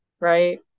right